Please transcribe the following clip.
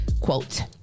quote